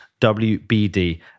WBD